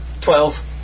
Twelve